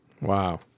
Wow